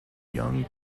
young